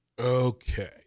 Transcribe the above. Okay